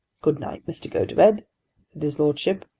good night, mr. gotobed, said his lordship.